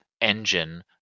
engine